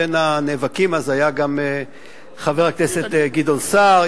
בין הנאבקים אז היה גם חבר הכנסת גדעון סער,